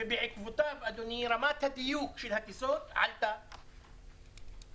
בעקבותיו רמת הדיוק של הטיסות עלתה,